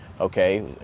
Okay